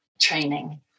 training